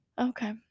okay